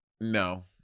No